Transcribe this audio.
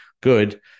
good